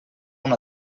una